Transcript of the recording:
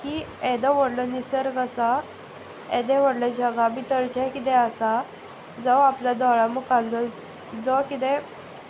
की येदो व्हडलो निसर्ग आसा येदें व्हडलें जगा भितर जें कितें आसा जावं आपल्या दोळा मुखार जो जो किदें